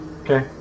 Okay